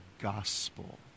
gospel